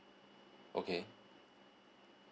okay